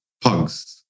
pugs